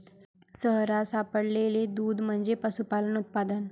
शहरात सापडलेले दूध म्हणजे पशुपालन उत्पादन